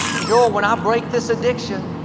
joel, when i break this addiction,